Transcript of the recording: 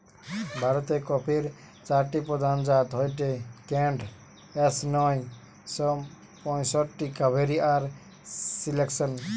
ভারতের কফির চারটি প্রধান জাত হয়ঠে কেন্ট, এস নয় শ পয়ষট্টি, কাভেরি আর সিলেকশন